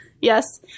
Yes